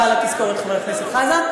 חבר הכנסת אוחנה.